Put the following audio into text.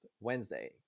Wednesday